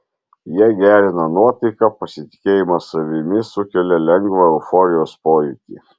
jie gerina nuotaiką pasitikėjimą savimi sukelia lengvą euforijos pojūtį